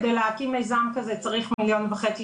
כדי להקים מיזם כזה צריך מיליון וחצי